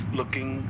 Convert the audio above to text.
looking